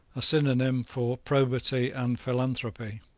a synonyme for probity and philanthropy.